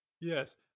Yes